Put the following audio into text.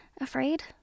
afraid